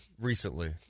recently